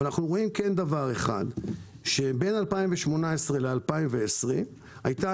אנחנו רואים שבין 2018 ל-2020 הייתה